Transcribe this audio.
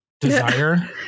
desire